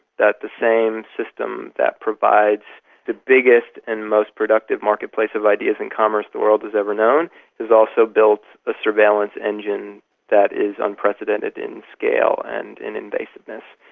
that the same system that provides the biggest and most productive marketplace of ideas and commerce the world has ever known has also built a surveillance engine that is unprecedented in scale and invasiveness.